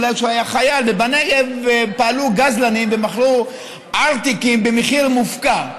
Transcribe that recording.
אולי כשהוא חייל ובנגב פעלו גזלנים ומכרו ארטיקים במחיר מופקע.